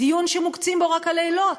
דיון שמוקצים לו רק הלילות,